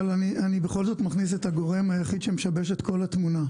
אבל אני בכל זאת מכניס את הגורם היחיד שמשבש את כל התמונה,